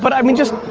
but i mean just,